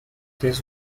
this